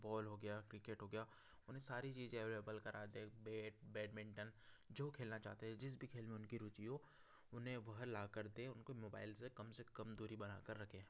football हो गया cricket हो गया उन्हें सारी चीज़ें एवलेबल करा दें बैडमिंटन जो खेलना चाहते हैं जिस भी खेल में उनकी रुचि हो उन्हें वह लाकर दें उनको मोबाइल से कम से कम दूरी बनाकर रखें